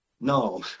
no